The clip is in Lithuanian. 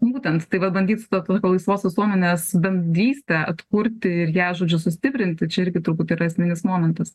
būtent tai va bandyt tą to laisvos visuomenės bendrystę atkurti ir ją žodžiu sustiprinti čia irgi turbūt yra esminis momentas